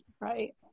Right